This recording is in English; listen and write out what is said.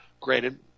granted